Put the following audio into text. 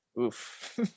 Oof